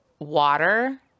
Water